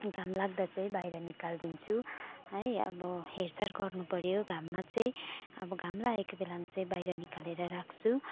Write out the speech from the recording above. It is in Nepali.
घाम लाग्दा चाहिँ बाहिर निकालिदिन्छु है अब हेरचार गर्नुपर्यो घाममा चाहिँ अब घाम लागेको बेलामा चाहिँ बाहिर निकालेर राख्छु